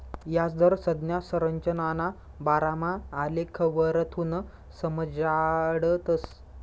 याजदर संज्ञा संरचनाना बारामा आलेखवरथून समजाडतस